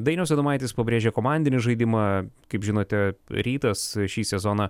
dainius adomaitis pabrėžė komandinį žaidimą kaip žinote rytas šį sezoną